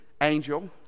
angel